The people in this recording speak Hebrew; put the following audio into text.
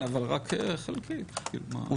הוא